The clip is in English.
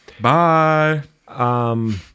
Bye